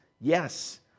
yes